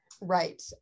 Right